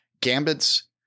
gambits